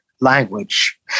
language